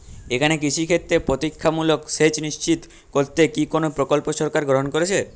এখানে কৃষিক্ষেত্রে প্রতিরক্ষামূলক সেচ নিশ্চিত করতে কি কোনো প্রকল্প সরকার গ্রহন করেছে?